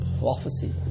prophecy